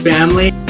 Family